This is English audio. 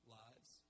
lives